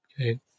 Okay